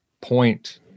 point